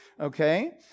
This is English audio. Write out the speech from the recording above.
Okay